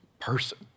person